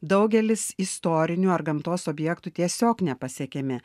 daugelis istorinių ar gamtos objektų tiesiog nepasiekiami